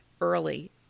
early